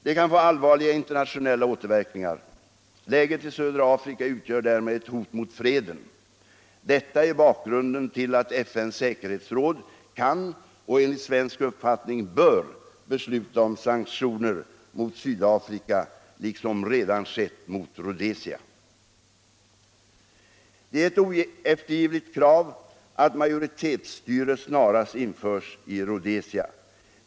Den kan få allvarliga internationella återverkningar. Läget i södra Afrika utgör därmed ett hot mot freden. Detta är bakgrunden till att FN:s säkerhetsråd kan och enligt svensk uppfattning bör besluta om sanktioner mot Sydafrika liksom redan skett mot Rhodesia. Det är ett oeftergivligt krav att majoritetsstyre snarast införs i Rhodesia.